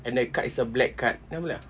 and that card is a black card